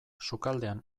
sukaldean